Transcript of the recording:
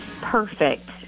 perfect